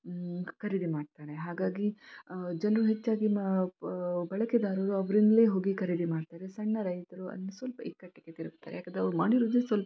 ಖರೀದಿ ಮಾಡ್ತಾರೆ ಹಾಗಾಗಿ ಜನರು ಹೆಚ್ಚಾಗಿ ಬಳಕೆದಾರರು ಅವರಿಂದ್ಲೇ ಹೋಗಿ ಖರೀದಿ ಮಾಡ್ತಾರೆ ಸಣ್ಣ ರೈತರು ಅದನ್ನ ಸ್ವಲ್ಪ ಇಕ್ಕಟ್ಟಿಗೆ ತಿರ್ಗ್ತಾರೆ ಯಾಕೆಂದರೆ ಅವರು ಮಾಡಿರೋದೇ ಸ್ವಲ್ಪ